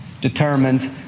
determines